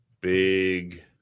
big